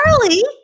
Charlie